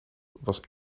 was